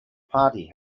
party